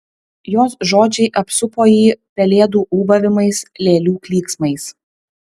jos žodžiai apsupo jį pelėdų ūbavimais lėlių klyksmais